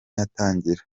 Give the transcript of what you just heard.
yatangira